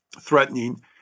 threatening